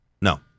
No